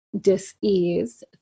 dis-ease